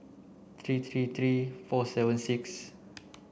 three three three four seven six